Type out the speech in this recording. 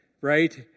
right